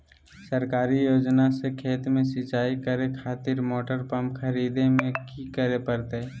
सरकारी योजना से खेत में सिंचाई करे खातिर मोटर पंप खरीदे में की करे परतय?